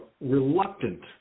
reluctant